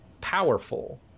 powerful